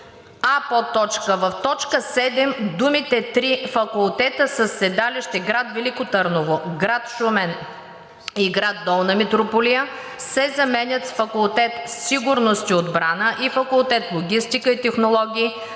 г.): а) в т. 7 думите „три факултета със седалища в град Велико Търново, град Шумен и град Долна Митрополия“ се заменят с „факултет „Сигурност и отбрана“ и факултет „Логистика и технологии“